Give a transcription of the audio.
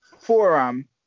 forum